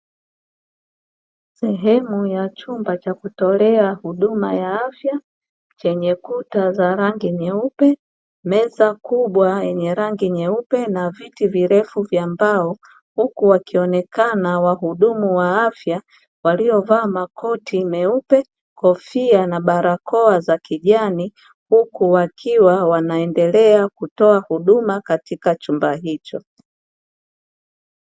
Sehemu ya chumba cha kutolea huduma ya afya, chenye kuta za rangi nyeupe, meza kubwa yenye rangi nyeupe na viti virefu vya mbao, huku wakionekana wahudumu wa afya waliovaa makoti meupe, kofia na barakoa za kijani huku wakiwa wanaendelea kutoa huduma katika chumba hicho.